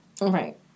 Right